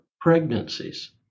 pregnancies